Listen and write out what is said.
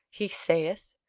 he saith,